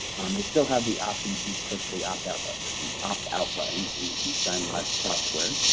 they still have the option to click the opt out button. there's an opt out button in the e-signlive software